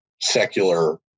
secular